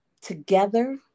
together